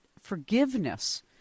forgiveness